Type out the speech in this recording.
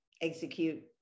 execute